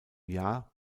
jahr